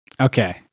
Okay